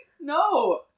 No